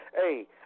Hey